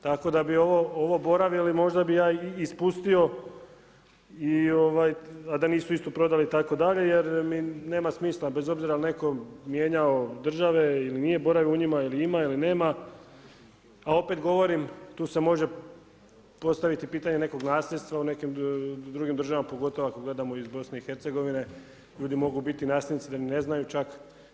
Tako da bi ovo boravili, možda bi ja ispustio, i da nisu isto prodali itd. jer mi nema smisla bez obzira jel netko mijenjao države ili nije boravio u njima, ili ima ili nema, a opet govorim, tu se može postaviti pitanje, nekog nasljedstva, u nekim drugim državama, pogotovo ako gledamo iz BIH, ljudi mogu biti nasljednici, da ni ne znaju čak.